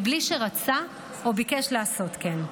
בלי שרצה או ביקש לעשות כן.